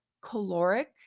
caloric